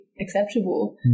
acceptable